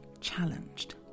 challenged